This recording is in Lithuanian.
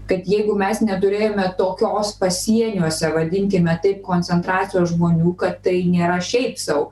kad jeigu mes neturėjome tokios pasieniuose vadinkime taip koncentracijos žmonių kad tai nėra šiaip sau